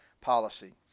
policy